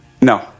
no